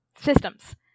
systems